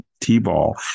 t-ball